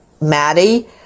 Maddie